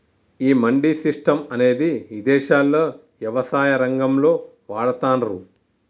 ఈ మండీ సిస్టం అనేది ఇదేశాల్లో యవసాయ రంగంలో వాడతాన్రు